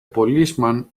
policeman